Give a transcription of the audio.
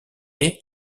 est